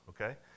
okay